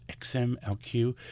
XMLQ